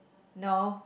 no